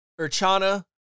Urchana